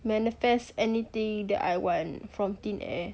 manifest anything that I want from thin air